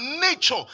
nature